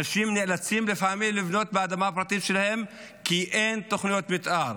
אנשים נאלצים לפעמים לבנות באדמה הפרטית שלהם כי אין תוכניות מתאר,